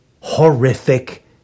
horrific